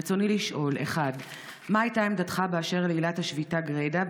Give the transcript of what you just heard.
רצוני לשאול: 1. מה הייתה עמדתך באשר לעילת השביתה גרידא,